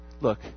look